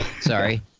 sorry